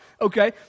okay